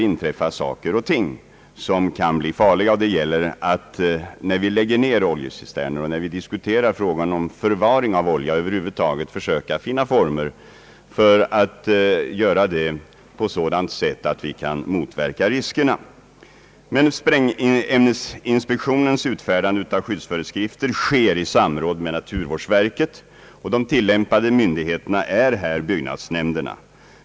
Det gäller att både i fråga om oljecisterner under jord och förvaring av olja över huvud taget försöka finna sådana former att vi kan motverka riskerna. Sprängämnesinspektionens utfärdande av skyddsföreskrifter sker i samråd med naturvårdsverket. De tillämpande myndigheterna är här byggnadsnämnderna.